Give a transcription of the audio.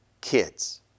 kids